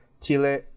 Chile